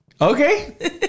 Okay